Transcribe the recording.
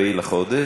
24 בחודש,